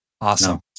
Awesome